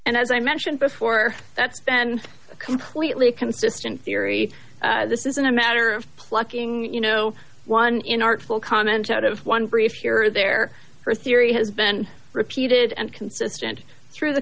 and as i mentioned before that's been completely consistent theory this isn't a matter of plucking you know one in artful comment out of one brief here or there for a theory has been repeated and consistent through the